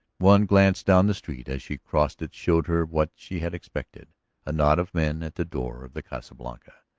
one glance down the street as she crossed it showed her what she had expected a knot of men at the door of the casa blanca,